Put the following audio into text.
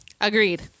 Agreed